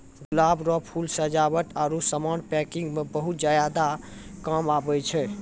गुलाब रो फूल सजावट आरु समान पैकिंग मे बहुत ज्यादा काम आबै छै